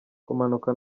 kumanuka